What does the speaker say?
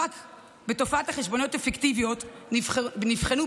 הממשלה הזאת באמת פח, רק אתם מצוינים, נאורים.